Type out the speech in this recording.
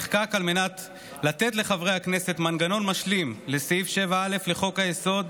נחקק על מנת לתת לחברי הכנסת מנגנון משלים לסעיף 7א לחוק-היסוד,